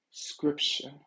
scripture